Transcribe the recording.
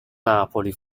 napoli